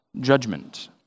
Judgment